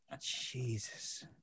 Jesus